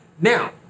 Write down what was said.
Now